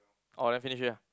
orh then finish already ah